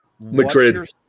Madrid